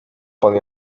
pan